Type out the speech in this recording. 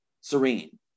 serene